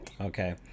okay